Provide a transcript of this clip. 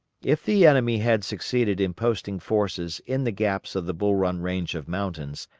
if the enemy had succeeded in posting forces in the gaps of the bull run range of mountains,